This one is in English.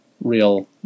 real